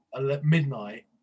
midnight